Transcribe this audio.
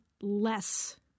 less